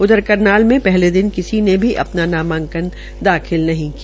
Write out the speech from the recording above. उधर करनाली में पहले किसी ने भी अपना नामांकन पत्र दाखिल नहीं किया